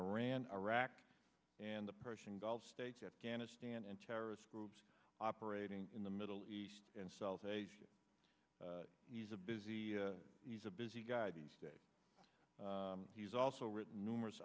iran iraq and the persian gulf states afghanistan and terrorist groups operating in the middle east and south asia he's a busy he's a busy guy these days he's also written numerous